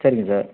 சரிங்க சார்